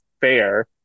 fair